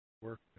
work